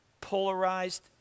polarized